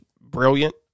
brilliant